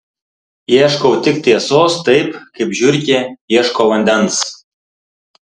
ieškau tik tiesos taip kaip žiurkė ieško vandens